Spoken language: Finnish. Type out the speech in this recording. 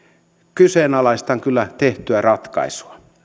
kyseenalaistan kyllä tehtyä ratkaisua